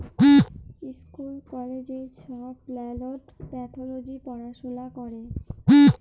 school কলেজে ছব plant pathology পড়াশুলা ক্যরে